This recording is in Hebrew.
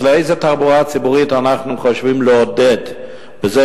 אז איזה תחבורה ציבורית אנחנו חושבים לעודד בזה